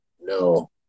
No